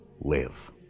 live